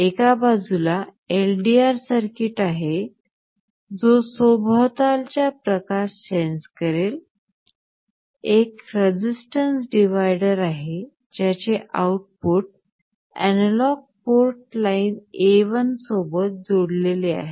एका बाजूला LDR circuit आहे जो सभोवतालच्या प्रकाश सेन्स करेल एक रेसिस्टन्स डिव्हायडर आहे ज्याचे output analogue port line A1 सोबत जोडलेले आहे